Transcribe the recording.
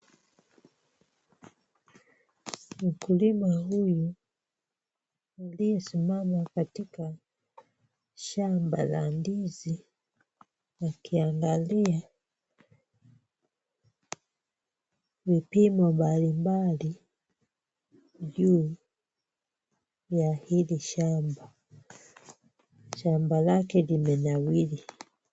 Mkulima huyu aliyesimama katika shamba la ndizi akiangalia vipimo mbalimbali juu ya hili shamba. Shamba lake limenawiri.